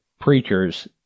preachers